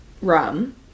rum